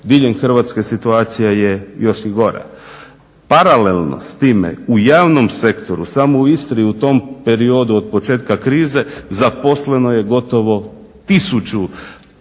Diljem Hrvatske situacija je još i gora. Paralelno s time u javnom sektoru samo u Istri u tom periodu od početka krize zaposleno je gotovo 1000